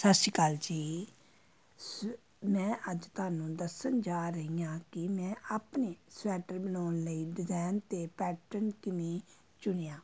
ਸਤਿ ਸ਼੍ਰੀ ਅਕਾਲ ਜੀ ਸ ਮੈਂ ਅੱਜ ਤੁਹਾਨੂੰ ਦੱਸਣ ਜਾ ਰਹੀ ਹਾਂ ਕਿ ਮੈਂ ਆਪਣੇ ਸਵੈਟਰ ਬਣਾਉਣ ਲਈ ਡਿਜ਼ਾਇਨ ਅਤੇ ਪੈਟਰਨ ਕਿਵੇਂ ਚੁਣਿਆ